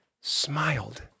smiled